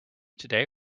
today